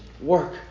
work